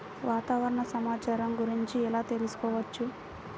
వాతావరణ సమాచారం గురించి ఎలా తెలుసుకోవచ్చు?